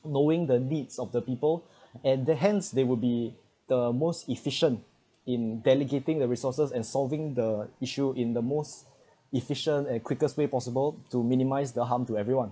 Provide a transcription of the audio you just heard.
knowing the needs of the people and the hence they would be the most efficient in delegating the resources and solving the issue in the most efficient and quickest way possible to minimise the harm to everyone